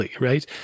Right